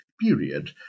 period